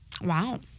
Wow